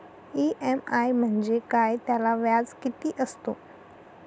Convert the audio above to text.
EMI म्हणजे काय? त्याला व्याज किती असतो?